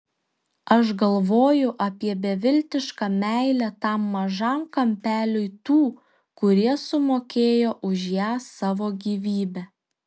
aš galvoju apie beviltišką meilę tam mažam kampeliui tų kurie sumokėjo už ją savo gyvybe